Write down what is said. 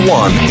one